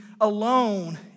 alone